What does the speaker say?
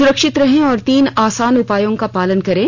सुरक्षित रहें और तीन आसान उपायों का पालन करें